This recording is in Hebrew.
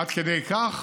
עד כדי כך